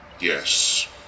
Yes